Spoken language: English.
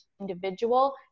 individual